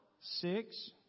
Six